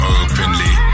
openly